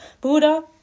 Buddha